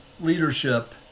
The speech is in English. leadership